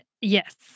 yes